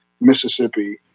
Mississippi